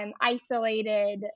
Isolated